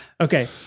Okay